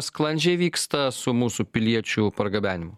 sklandžiai vyksta su mūsų piliečių pargabenimu